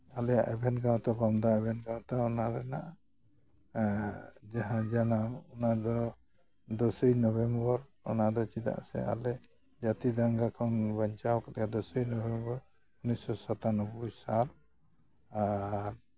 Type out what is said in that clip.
ᱟᱞᱮᱭᱟᱜ ᱮᱵᱷᱮᱱ ᱜᱟᱶᱛᱟ ᱥᱟᱶᱛᱟ ᱮᱵᱷᱮᱱ ᱜᱟᱶᱛᱟ ᱚᱱᱟ ᱨᱮᱱᱟᱜ ᱡᱟᱦᱟᱸ ᱡᱟᱱᱟᱢ ᱚᱱᱟ ᱫᱚ ᱫᱚᱥᱮᱭ ᱱᱚᱵᱷᱮᱢᱵᱚᱨ ᱚᱱᱟ ᱫᱚ ᱪᱮᱫᱟᱜ ᱥᱮ ᱟᱞᱮ ᱡᱟᱹᱛᱤ ᱫᱟᱝᱜᱟ ᱠᱚ ᱵᱟᱧᱪᱟᱣ ᱠᱟᱛᱮᱫ ᱫᱚᱥᱮᱭ ᱱᱚᱵᱷᱮᱢᱵᱚᱨ ᱩᱱᱤᱥᱥᱚ ᱥᱟᱛᱟᱱᱚᱵᱵᱳᱭ ᱥᱟᱞ ᱟᱨ